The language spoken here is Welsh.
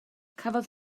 cafodd